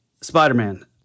Spider-Man